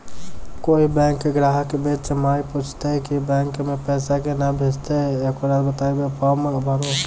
कोय बैंक ग्राहक बेंच माई पुछते की बैंक मे पेसा केना भेजेते ते ओकरा बताइबै फॉर्म भरो